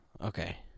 Okay